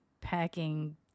packing